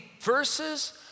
verses